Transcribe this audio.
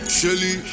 Shelly